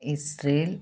Israel